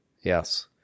Yes